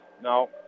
No